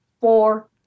four